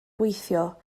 gweithio